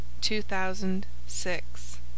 2006